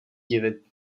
divit